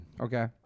Okay